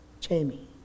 Jamie